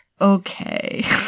Okay